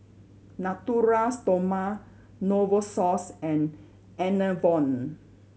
Natura Stoma Novosource and Enervon